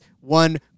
one